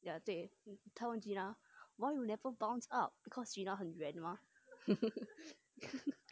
ya 对他问 gina why you never bounce up because gina 很圆吗